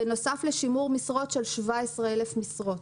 בנוסף לשימור 17,000 משרות.